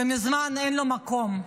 ומזמן אין לו מקום,